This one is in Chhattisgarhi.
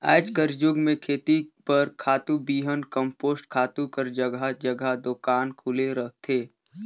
आएज कर जुग में खेती बर खातू, बीहन, कम्पोस्ट खातू कर जगहा जगहा दोकान खुले रहथे